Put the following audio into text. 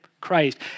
Christ